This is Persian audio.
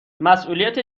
مسئولیت